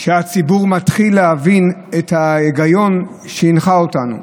"הציבור מתחיל להבין את ההיגיון שהנחה אותנו"